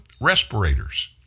respirators